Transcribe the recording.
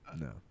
no